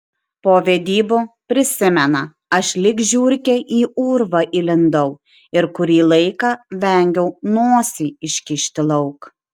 po vedybų prisimena aš lyg žiurkė į urvą įlindau ir kurį laiką vengiau nosį iškišti lauk